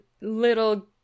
Little